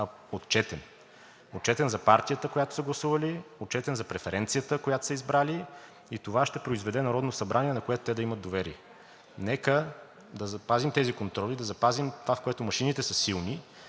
а отчетен. Отчетен за партията, за която са гласували, отчетен за преференцията, която са избрали, и това ще произведе Народно събрание, на което те да имат доверие. Нека да запазим тези контроли, да запазим това, в което машините са силни,